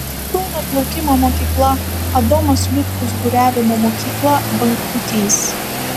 kauno plaukimo mokykla adomas liutkus buriavimo mokykla bangpūtys